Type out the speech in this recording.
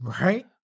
right